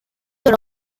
dans